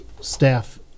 staff